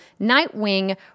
Nightwing